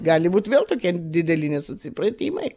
gali būti vėl tokie dideli nesusipratimai